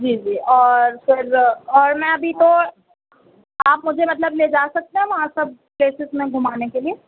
جی جی اور پھر اور میں ابھی تو آپ مجھے مطلب لے جا سکتے ہیں وہاں سب پلیسز میں گھمانے کے لیے